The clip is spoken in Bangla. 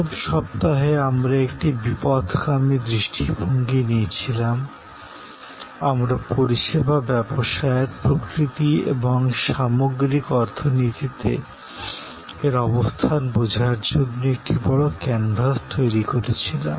প্রথম সপ্তাহে আমরা একটি ডাইভার্জেন্ট দৃষ্টিভঙ্গি নিয়েছিলাম আমরা পরিষেবা ব্যবসায়ের প্রকৃতি এবং সামগ্রিক অর্থনীতিতে এর অবস্থান বোঝার জন্য একটি বড় ক্যানভাস তৈরি করেছিলাম